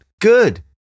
Good